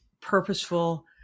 purposeful